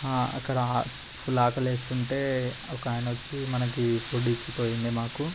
అక్కడ ఫుల్ ఆకలి వేస్తుంటే ఒక ఆయన వచ్చి మనకి ఫుడ్ ఇచ్చి పోయిండే మాకు